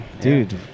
dude